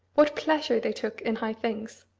what pleasure they took in high things!